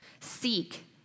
seek